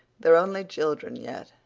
they're only children yet,